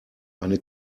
eine